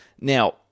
Now